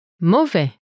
Mauvais